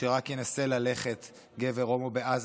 שרק ינסה גבר הומו ללכת בעזה,